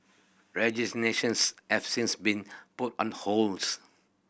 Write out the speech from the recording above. registrations have since been put on hold